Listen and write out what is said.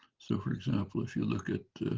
so for example if you look at